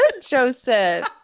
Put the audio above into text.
Joseph